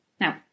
Now